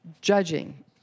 judging